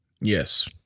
Yes